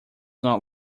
not